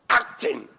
acting